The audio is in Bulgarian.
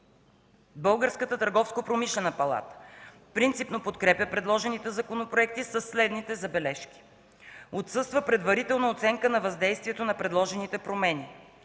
Българската търговско-промишлена палата принципно подкрепя предложените законопроекти със следните забележки: отсъства предварителна оценка на въздействието на предложените промени;